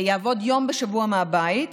יעבדו יום בשבוע מהבית,